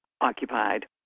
occupied